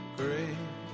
great